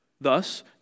Thus